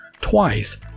twice